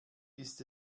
ist